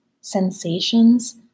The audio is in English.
sensations